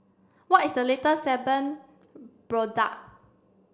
what is the latest Sebamed product